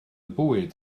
bwyd